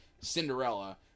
Cinderella